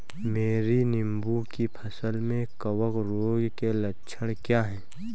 मेरी नींबू की फसल में कवक रोग के लक्षण क्या है?